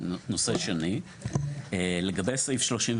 נושא שני, לגבי סעיף 33